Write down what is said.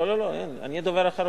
לא, לא, לא, אין, אני דובר אחרון.